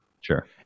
Sure